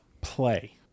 play